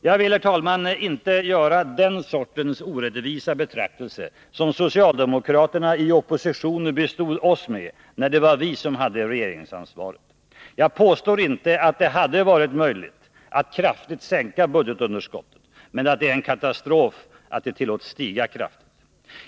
Jag vill, herr talman, inte göra den sortens orättvisa betraktelse som socialdemokraterna i opposition bestod oss med, när det var vi som hade regeringsansvaret. Jag påstår inte att det hade varit möjligt att kraftigt sänka budgetunderskottet, men att det är en katastrof att det tillåtits att stiga kraftigt.